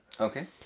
Okay